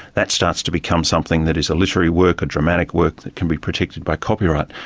that starts to become something that is a literary work, a dramatic work, that can be protected by copyright.